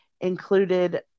included